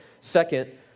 Second